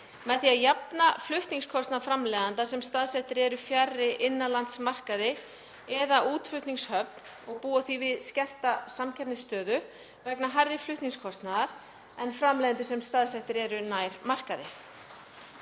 með því að jafna flutningskostnað framleiðenda sem staðsettir eru fjarri innanlandsmarkaði eða útflutningshöfn og búa því við skerta samkeppnisstöðu vegna hærri flutningskostnaðar en framleiðendur sem staðsettir eru nær markaði.